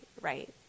Right